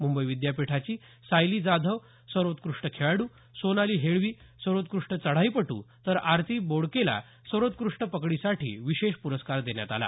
मुंबई विद्यापीठाची सायली जाधव सर्वोत्कृष्ट खेळाडू सोनाली हेळवी सर्वोत्कृष्ट चढाईपटू तर आरती बोडकेला सर्वोत्कृष्ट पकडीसाठी विशेष प्रस्कार देण्यात आला